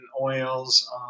oils